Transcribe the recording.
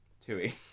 tui